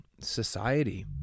society